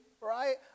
right